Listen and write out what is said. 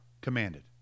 commanded